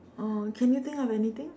uh can you think of anything